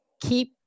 Keep